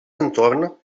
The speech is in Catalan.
entorn